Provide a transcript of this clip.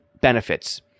benefits